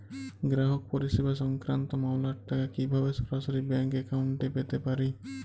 গ্রাহক পরিষেবা সংক্রান্ত মামলার টাকা কীভাবে সরাসরি ব্যাংক অ্যাকাউন্টে পেতে পারি?